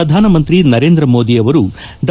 ಪ್ರಧಾನಮಂತ್ರಿ ನರೇಂದ್ರ ಮೋದಿ ಅವರು ಡಾ